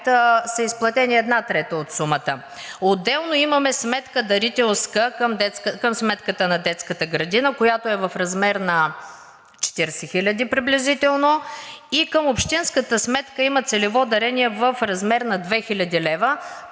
са изплатени една трета от сумата. Отделно имаме дарителска сметка към сметката на детската градина, която е в размер на приблизително 40 хиляди и към общинската сметка има целево дарение в размер на 2 хил. лв.,